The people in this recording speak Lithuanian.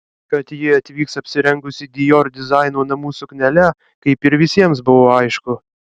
kad ji atvyks apsirengusi dior dizaino namų suknele kaip ir visiems buvo aišku